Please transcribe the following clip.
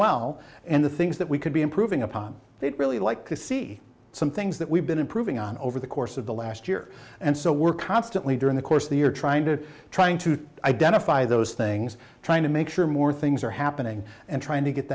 well and the things that we could be improving upon they'd really like to see some things that we've been improving on over the course of the last year and so we're constantly during the course of the year trying to trying to identify those things trying to make sure more things are happening and trying to get